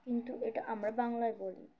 কিন্তু এটা আমরা বাংলায় বলি